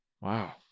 Wow